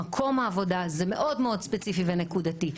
מקום העבודה זה מאוד ספציפי ונקודתי.